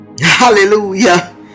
hallelujah